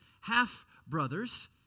half-brothers